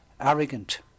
arrogant